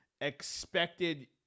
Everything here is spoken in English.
expected